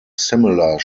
similar